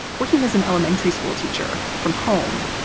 working as an elementary school teacher from home,